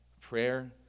Prayer